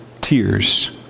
tears